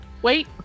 Wait